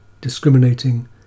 discriminating